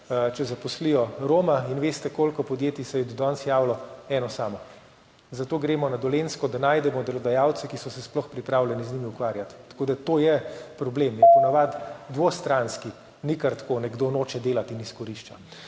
če zaposlijo Roma. In veste, koliko podjetij se je do danes javilo? Eno samo. Zato gremo na Dolenjsko, da najdemo delodajalce, ki so se sploh pripravljeni z njimi ukvarjati. Tako da to je problem, in po navadi dvostranski, ni kar tako, nekdo noče delati in izkorišča.